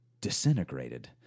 disintegrated